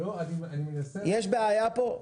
יש בעיה פה,